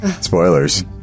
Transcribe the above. Spoilers